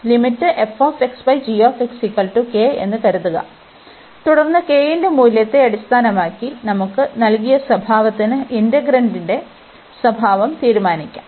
limit എന്ന് കരുതുക തുടർന്ന് k ന്റെ മൂല്യത്തെ അടിസ്ഥാനമാക്കി നമുക്ക് നൽകിയ സ്വഭാവത്തിന് ഇന്റഗ്രലിന്റെ സ്വഭാവം തീരുമാനിക്കാം